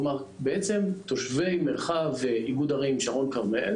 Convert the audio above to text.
בעצם תושבי מרחב איגוד ערים שרון-כרמל